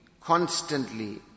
constantly